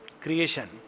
creation